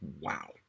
Wow